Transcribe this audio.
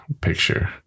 picture